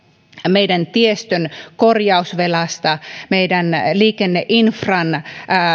meidän tiestön korjausvelasta meidän liikenneinfran